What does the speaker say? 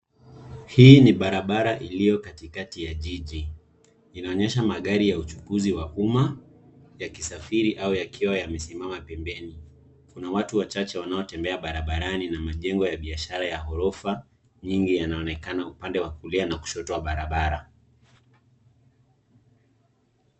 Hii ni barabara iliyo katikati ya jiji, inaonyesha magari ya uchunguzi wa umma ya kisafiri au yakiwa yamesimama pembeni. Kuna watu wachache wanaotembea barabarani na majengo ya biashara ya ghorofa nyingi yanaonekana upande wa kulia na kushoto wa barabara.